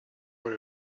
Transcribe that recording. what